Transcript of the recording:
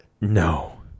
No